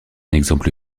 exemple